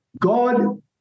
God